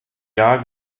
jahr